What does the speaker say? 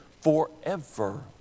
forever